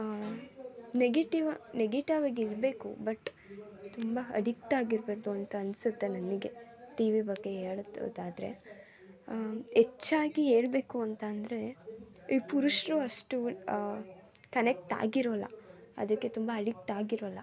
negative ನೆಗೆಟಿವಾಗಿರಬೇಕು but ತುಂಬ ಅಡಿಕ್ಟಾಗಿರಬಾರದು ಅಂತ ಅನ್ನಿಸುತ್ತೆ ನನಗೆ ಟಿವಿ ಬಗ್ಗೆ ಹೇಳೋದಾದರೆ ಹೆಚ್ಚಾಗಿ ಹೇಳ್ಬೇಕು ಅಂತ ಅಂದರೆ ಈ ಪುರುಷರು ಅಷ್ಟು ಕನೆಕ್ಟ್ ಆಗಿರೋಲ್ಲ ಅದಕ್ಕೆ ತುಂಬ ಅಡಿಕ್ಟಾಗಿರೋಲ್ಲ